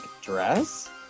dress